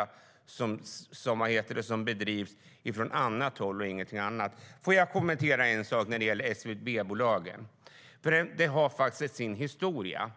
SVB-bolagen ska jag kommentera en sak. Det finns faktiskt en historia.